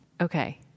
Okay